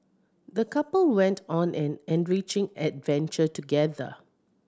the couple went on an enriching adventure together